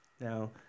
Now